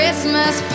Christmas